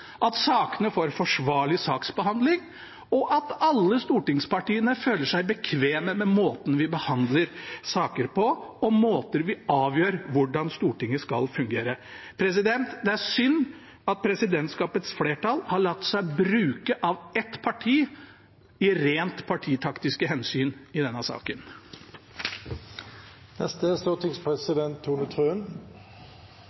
at sakene får forsvarlig saksbehandling, og at alle stortingspartiene føler seg bekvem med måten vi behandler saker på, og måten vi avgjør hvordan Stortinget skal fungere på. President, det er synd at presidentskapets flertall har latt seg bruke av ett parti i rent partitaktiske hensyn i denne saken.